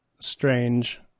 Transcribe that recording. strange